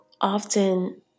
often